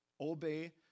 obey